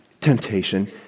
temptation